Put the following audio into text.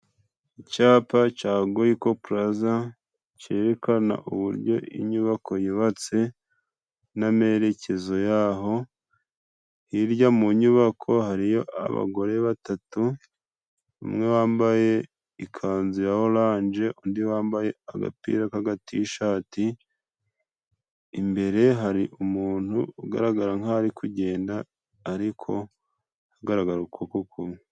Icapa ca goyiko plaza cerekana uburyo inyubako yubatse n'amerekezo y'aho; hirya mu nyubako hariyo abagore batatu; umwe wambaye ikanzu ya orange undi wambaye agapira k'agatishati; imbere hari umuntu ugaragara nkaho ari kugenda ariko hagaragara ukuboko kumwe.